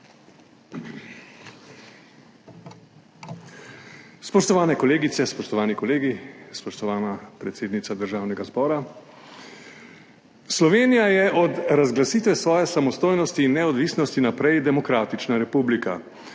Spoštovane kolegice, spoštovani kolegi, spoštovana predsednica Državnega zbora! Slovenija je od razglasitve svoje samostojnosti in neodvisnosti naprej demokratična republika.